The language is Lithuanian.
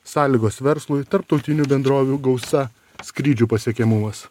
sąlygos verslui tarptautinių bendrovių gausa skrydžių pasiekiamumas